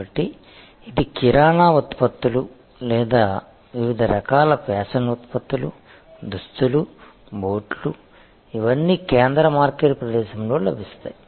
కాబట్టి ఇది కిరాణా ఉత్పత్తులు లేదా వివిధ రకాల ఫ్యాషన్ ఉత్పత్తులు దుస్తులు బూట్లు ఇవన్నీ కేంద్ర మార్కెట్ ప్రదేశంలో లభిస్తాయి